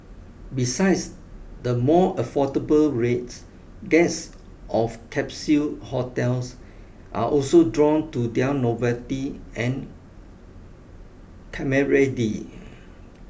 besides the more affordable rates guests of capsule hotels are also drawn to their novelty and